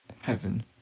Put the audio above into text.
Heaven